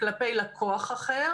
כלפי לקוח אחר,